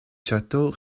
château